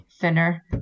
thinner